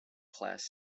class